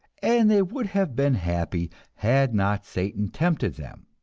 and they would have been happy had not satan tempted them.